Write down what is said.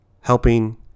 helping